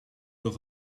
nog